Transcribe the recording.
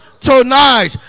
tonight